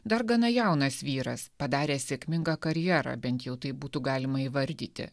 dar gana jaunas vyras padarė sėkmingą karjerą bent jau taip būtų galima įvardyti